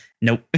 Nope